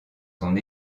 son